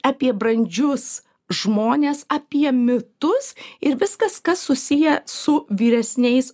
apie brandžius žmones apie mitus ir viskas kas susiję su vyresniais